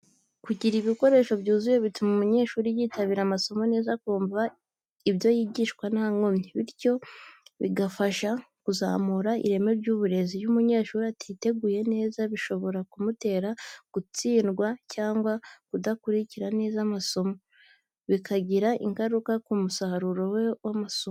Kugira ibikoresho byuzuye bituma umunyeshuri yitabira amasomo neza, akumva ibyo yigishwa nta nkomyi, bityo bigafasha kuzamura ireme ry’uburezi. Iyo umunyeshuri atiteguye neza, bishobora kumutera gutinda cyangwa kudakurikirana neza amasomo, bikagira ingaruka ku musaruro we w'amasomo.